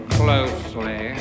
closely